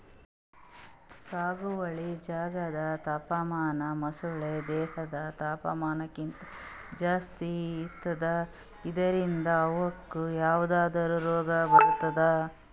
ಸಾಗುವಳಿ ಜಾಗ್ದಾಗ್ ತಾಪಮಾನ ಮೊಸಳಿ ದೇಹದ್ ತಾಪಮಾನಕ್ಕಿಂತ್ ಜಾಸ್ತಿ ಇರ್ತದ್ ಇದ್ರಿಂದ್ ಅವುಕ್ಕ್ ಯಾವದ್ರಾ ರೋಗ್ ಬರ್ಬಹುದ್